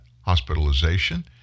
hospitalization